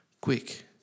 Quick